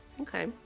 Okay